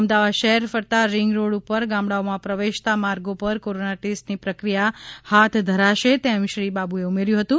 અમદાવાદ શહેર ફરતા ring road ઉપર ગામડાઓમાં પ્રવેશતા માર્ગો પર કોરોના ટેસ્ટની પ્રક્રિયા હાથ ધરાશે તેમ શ્રી બાબુએ ઉમેર્યું હતું